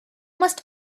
must